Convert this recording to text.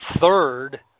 third